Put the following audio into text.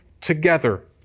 together